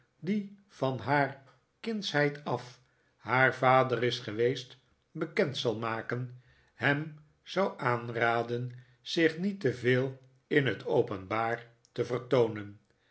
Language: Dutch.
die van haar kindsheid af haar vader is geweest bekend zal maken hem zou aanraden zich niet te veel in het openbaar te vertoonen